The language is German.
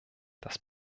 das